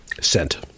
Sent